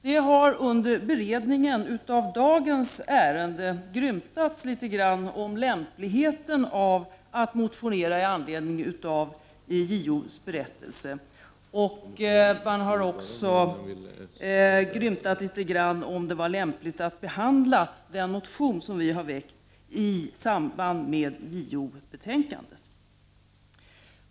Det har under beredningen av dagens ärende grymtats litet grand om lämpligheten i att motionera i anledning av JO-berättelsen, och man har också grymtat litet grand om huruvida det var lämpligt att behandla den motion som vi har väckt i samband med JO-betänkandet.